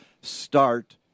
start